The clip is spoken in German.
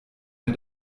mir